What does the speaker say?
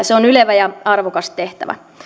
se on ylevä ja arvokas tehtävä